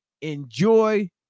enjoy